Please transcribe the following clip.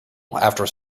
after